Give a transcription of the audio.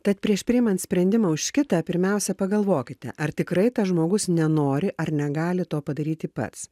tad prieš priimant sprendimą už kitą pirmiausia pagalvokite ar tikrai tas žmogus nenori ar negali to padaryti pats